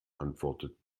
antwortet